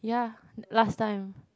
ya last time